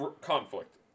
Conflict